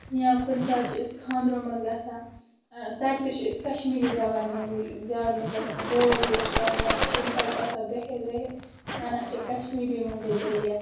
یا کُنہِ ساتہٕ چھِ أسۍ خاندرن منٛز گژھان تَتہِ چھِ أسۍ کشمیٖری زبانہِ منٛزٕے زیادٕ مطلب بول بوش کران یا مطلب کُنہِ ساتہٕ چھِ آسان بِہِتھ وِہِتھ ونان چھِ أسۍ کشمیٖری منٛزٕے دلیٖل